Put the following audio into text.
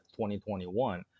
2021